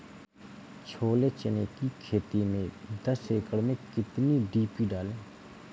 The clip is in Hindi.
छोले चने की खेती में दस एकड़ में कितनी डी.पी डालें?